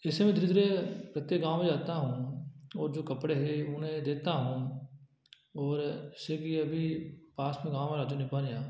ऐसे ही धीरे धीरे प्रत्येक गाँव में जाता हूँ और जो कपड़े हैं उन्हें देता हूँ और जैसे कि अभी पास में गाँव है राजू निकानिया